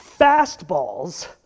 fastballs